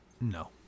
No